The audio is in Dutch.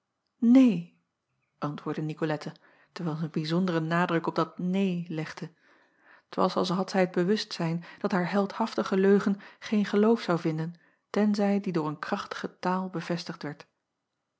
neen antwoordde icolette terwijl zij een bijzonderen nadruk op dat neen legde t as als had zij het bewustzijn dat haar heldhaftige leugen geen geloof zou vinden tenzij die door een krachtige taal bevestigd